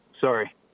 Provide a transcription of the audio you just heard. Sorry